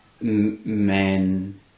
men